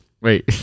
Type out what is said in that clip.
Wait